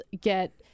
get